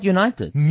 United